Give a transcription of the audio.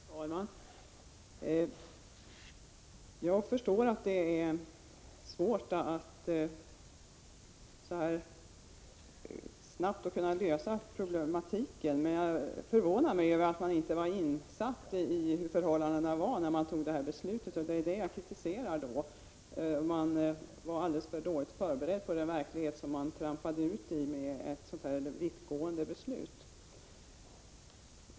Herr talman! Jag förstår att det är svårt att helt snabbt lösa den här problematiken. Men jag är förvånad över att man inte var insatt i förhållandena när beslutet i fråga fattades. Det är det som jag kritiserar. Man var nämligen alldeles för dåligt förberedd. Man visste alldeles för litet om den verklighet som man hade att göra med i och med detta vittgående beslut.